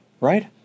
Right